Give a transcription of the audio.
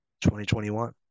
2021